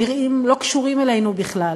נראים לא קשורים אלינו בכלל,